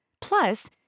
Plus